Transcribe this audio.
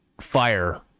fire